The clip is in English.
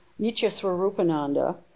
Nityaswarupananda